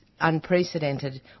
unprecedented